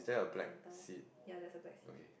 centre ya there is a black seat